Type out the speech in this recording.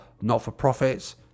not-for-profits